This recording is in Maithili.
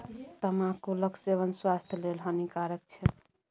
तमाकुलक सेवन स्वास्थ्य लेल हानिकारक छै